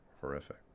horrific